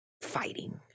fighting